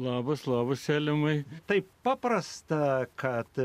labas labas seliumai taip paprasta kad